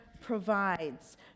provides